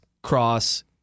cross